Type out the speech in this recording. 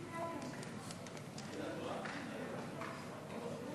שבע דקות, בבקשה.